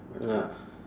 ya